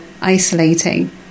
isolating